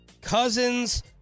Cousins